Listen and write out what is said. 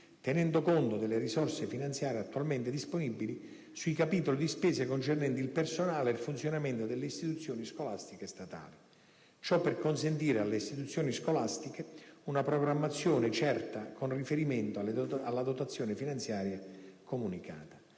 tenendo conto delle risorse finanziarie attualmente disponibili sui capitoli di spesa concernenti il personale e il funzionamento delle istituzioni scolastiche statali; ciò per consentire alle istituzioni scolastiche una programmazione certa con riferimento alla dotazione finanziaria comunicata.